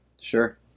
Sure